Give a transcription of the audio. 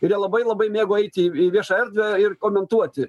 ir jie labai labai mėgo eiti į į viešą erdvę ir komentuoti